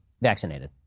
vaccinated